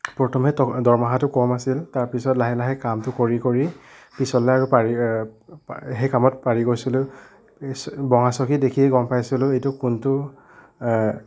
প্ৰথমে ত দৰমহাটো কম আছিল তাৰপিছত লাহে লাহে কামটো কৰি কৰি পিছলৈ আৰু পাৰি সেই কামত পাৰি গৈছিলোঁ ভঙা চকী দেখিয়েই গম পাইছিলোঁ এইটো কোনটো